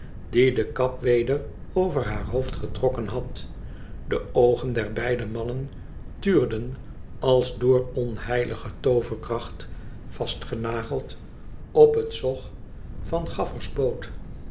die de kap weder over haar hoofd getrokken had de oogen der beide mannen tuurden als door onheilige tooverkracht vastgenageld op het zog van